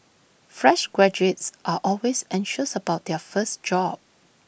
fresh graduates are always anxious about their first job